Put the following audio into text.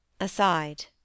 Aside